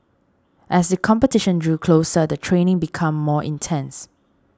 as the competition drew closer the training became more intense